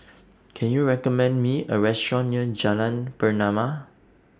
Can YOU recommend Me A Restaurant near Jalan Pernama